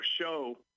show